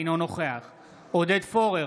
אינו נוכח עודד פורר,